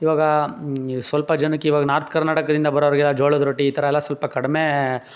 ಇವಾಗ ಸ್ವಲ್ಪ ಜನಕ್ಕೆ ಇವಾಗ ನಾರ್ತ್ ಕರ್ನಾಟಕದಿಂದ ಬರೋರ್ಗೆಲ್ಲ ಜೋಳದ ರೊಟ್ಟಿ ಈ ಥರ ಎಲ್ಲ ಸ್ವಲ್ಪ ಕಡಿಮೆ